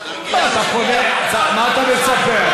למה אתה מצפה?